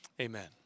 Amen